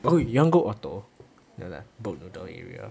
oh you want go ORTO the boat noodle area